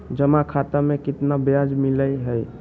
जमा खाता में केतना ब्याज मिलई हई?